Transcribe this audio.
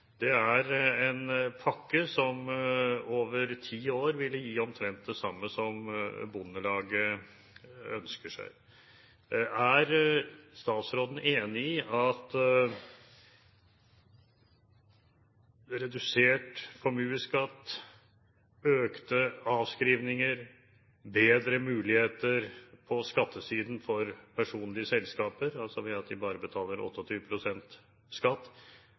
investeringer, er en pakke som over ti år ville gi omtrent det samme som Bondelaget ønsker seg. Er statsråden enig i at redusert formuesskatt, økte avskrivninger, bedre muligheter på skattesiden for personlige selskaper – altså ved at de bare betaler 28 pst. skatt